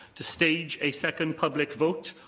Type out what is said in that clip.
to stage a second public vote,